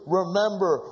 remember